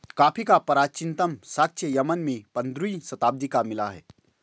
coffee का प्राचीनतम साक्ष्य यमन में पंद्रहवी शताब्दी का मिला है